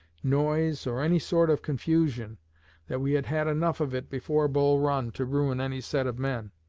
noise, or any sort of confusion that we had had enough of it before bull run to ruin any set of men,